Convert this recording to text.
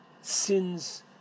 sins